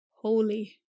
holy